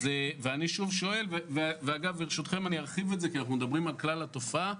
אני ארחיב את זה כי אנחנו מדברים על כלל התופעה.